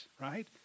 right